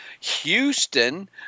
Houston